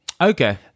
Okay